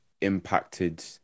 impacted